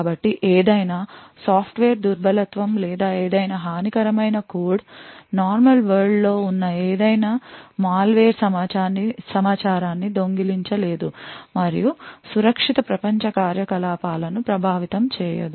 కాబట్టి ఏదైనా సాఫ్ట్వేర్ దుర్బలత్వం లేదా ఏదైనా హానికరమైన కోడ్ నార్మల్ వరల్డ్ లో ఉన్న ఏదైనా మాల్వేర్ సమాచారాన్ని దొంగిలించ లేదు మరియు సురక్షిత ప్రపంచ కార్యకలాపాలను ప్రభావితం చేయదు